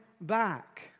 back